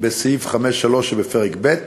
בסעיף 3(5) שבפרק ב':